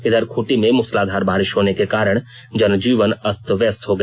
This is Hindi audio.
इधर खूंटी में मूसलाधार बारिश होने के कारण जनजीवन अस्त व्यस्त हो गया